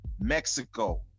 Mexico